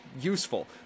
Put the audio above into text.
useful